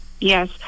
Yes